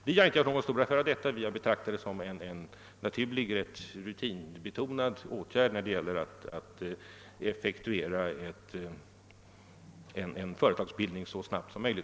Vi har inte gjort någon stor affär av saken, utan har betraktat den som en rutinbetonad åtgärd i syfte att så snabbt som möjligt genomföra en företagsbildning.